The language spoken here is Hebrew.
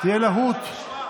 אני לא הולך לשבח את סיעת ימינה.